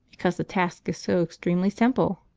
because the task is so extremely simple.